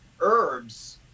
herbs